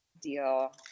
deal